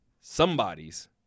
somebody's